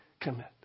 commit